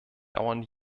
dauern